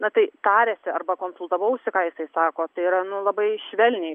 na tai tarėsi arba konsultavausi ką jisai sako tai yra nu labai švelniai